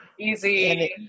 easy